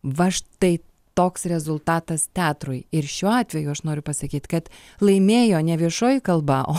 va štai toks rezultatas teatrui ir šiuo atveju aš noriu pasakyt kad laimėjo ne viešoji kalba o